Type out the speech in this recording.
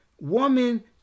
woman